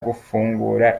gufungura